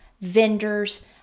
vendors